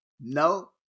No